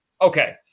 Okay